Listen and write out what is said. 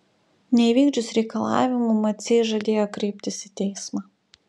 neįvykdžius reikalavimų maciai žadėjo kreiptis į teismą